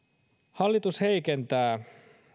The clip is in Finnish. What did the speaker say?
hallitus heikentää